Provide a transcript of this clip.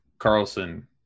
Carlson